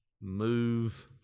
move